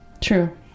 true